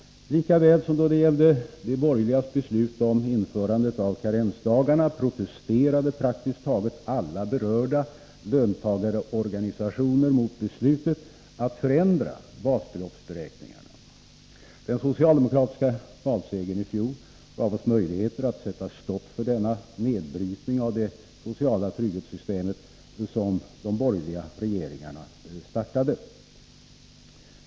Lika väl som då det gällde de borgerligas beslut om införandet av karensdagarna protesterade praktiskt taget alla berörda löntagarorganisationer mot beslutet att förändra basbeloppsberäkningarna. Den socialdemokratiska valsegern i fjol gav oss möjligheter att sätta stopp för den nedbrytning av det sociala trygghetssystemet som de borgerliga regeringarna startade.